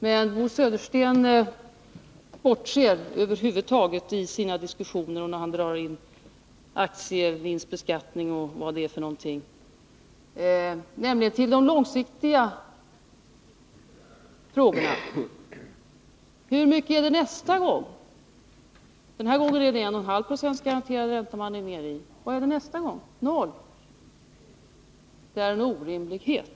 Men Bo Södersten bortser i sina diskussioner och när han drar in aktievinstbeskattning och annat från de långsiktiga frågorna. Den här gången är man nere i 1,5 96 garanterad ränta. Hur mycket är det nästa gång? 0 96? Det är en orimlighet.